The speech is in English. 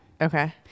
Okay